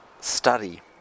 study